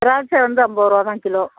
திராட்சை வந்து ஐம்பது ரூபா தான் கிலோ